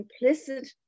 implicit